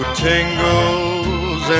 tingles